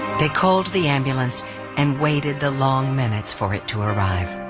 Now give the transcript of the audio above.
they called the ambulance and waited the long minutes for it to arrive.